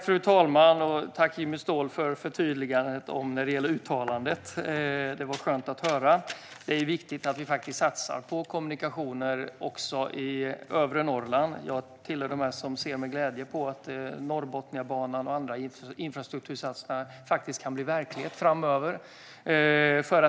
Fru talman! Tack, Jimmy Ståhl, för förtydligandet när det gäller uttalandet! Det var skönt att höra. Det är viktigt att vi satsar på kommunikationer också i övre Norrland. Jag tillhör dem som med glädje ser att Norrbotniabanan och andra infrastruktursatsningar kan bli verklighet framöver.